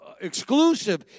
exclusive